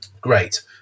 Great